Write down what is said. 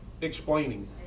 explaining